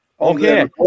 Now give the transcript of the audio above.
Okay